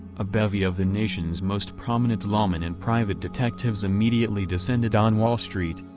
a bevy of the nation's most prominent lawmen and private detectives immediately descended on wall street,